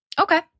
Okay